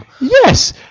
Yes